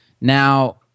Now